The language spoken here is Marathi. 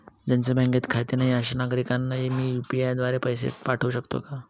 ज्यांचे बँकेत खाते नाही अशा नागरीकांना मी यू.पी.आय द्वारे पैसे पाठवू शकतो का?